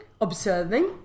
observing